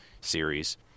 series